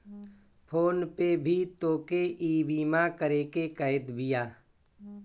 phone पे भी तोहके ईबीमा करेके कहत बिया